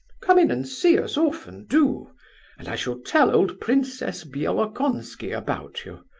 come in and see us often, do and i shall tell old princess bielokonski about you.